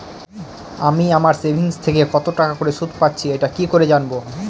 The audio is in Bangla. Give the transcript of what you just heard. আমি আমার সেভিংস থেকে কতটাকা করে সুদ পাচ্ছি এটা কি করে জানব?